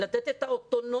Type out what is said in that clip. לתת את האוטונומיה.